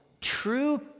true